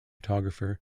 photographer